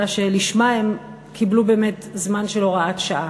שלשמה הם קיבלו באמת זמן של הוראת שעה.